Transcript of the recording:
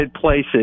places